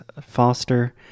Foster